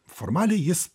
formaliai jis